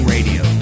Radio